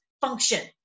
function